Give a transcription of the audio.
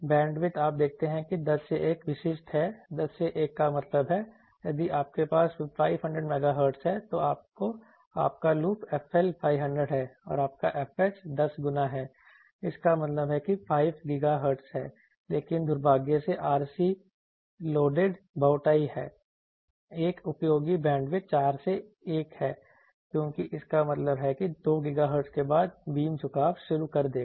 bandwidth आप देखते हैं कि 10 से 1 विशिष्ट है 10 से 1 का मतलब है यदि आपके पास 500 MHz है तो आपका लूप fL 500 है और आपका fH 10 गुना है इसका मतलब है कि 5 GHz है लेकिन दुर्भाग्य से RC लोडिड बोटाई है एक उपयोगी बैंडविड्थ 4 से 1 है क्योंकि इसका मतलब है कि 2 GHz के बाद बीम झुकाव शुरू कर देगा